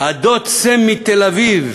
"הדוד סם" מתל-אביב,